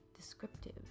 descriptive